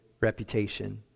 reputation